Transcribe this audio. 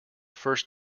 first